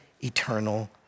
eternal